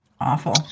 Awful